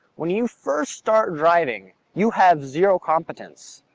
when you first start driving, you have zero competence.